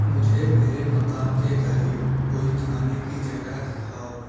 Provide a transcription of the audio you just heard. مجھے میرے مقام کے قریب کوئی کھانے کی جگہ دکھاؤ